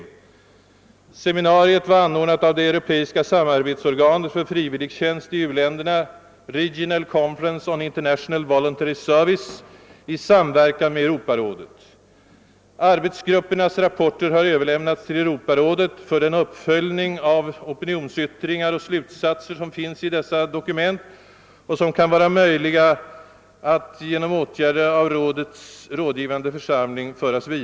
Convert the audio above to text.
Seminariet var anordnat av det europeiska samarbetsorganet för frivilligtjänst i u-länderna — Regional Conference on International Voluntary Service — i samverkan med Europarådet. Arbetsgruppernas rapporter har överlämnats till Europarådet för den uppföljning av opinionsyttringar och slutsatser i dessa som är möjlig genom åtgärder av rådets rådgivande församling.